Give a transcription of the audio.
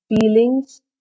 feelings